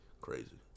crazy